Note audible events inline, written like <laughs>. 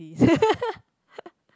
<laughs>